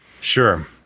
sure